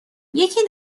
یکی